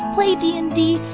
play d and d,